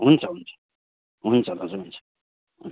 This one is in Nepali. हुन्छ हुन्छ हुन्छ दाजु हुन्छ